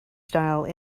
style